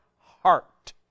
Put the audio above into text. heart